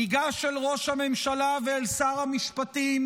ניגש אל ראש הממשלה ואל שר המשפטים